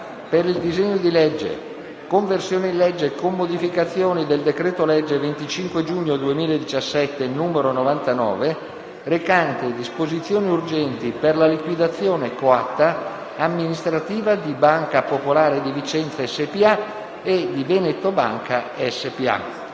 per il disegno di legge n. 2879: «Conversione in legge, con modificazioni, del decreto-legge 25 giugno 2017, n. 99, recante disposizioni urgenti per la liquidazione coatta amministrativa di Banca Popolare di Vicenza S.p.A. e di Veneto Banca S.p.A.».